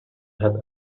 have